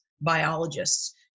biologists